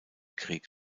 krieg